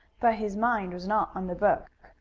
but his mind was not on the book,